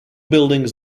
buildings